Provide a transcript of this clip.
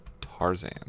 Tarzan